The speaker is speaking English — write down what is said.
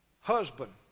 husband